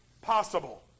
possible